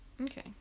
Okay